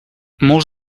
molts